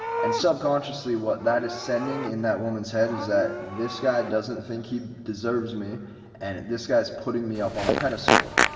and subconsciously what that is sending in that woman's head is that this guy doesn't think he deserves me and this guy's putting me up on a pedestal.